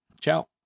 Ciao